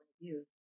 view